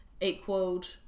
equaled